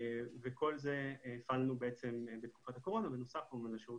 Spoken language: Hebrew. כל זה הפעלנו בתקופת הקורונה בנוסף לשירות